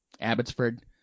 Abbotsford